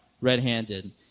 red-handed